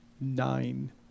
nine